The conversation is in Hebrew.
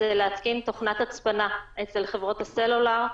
הוא להתקין תוכנת הצפנה אצל חברות הסלולאר,